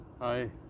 Hi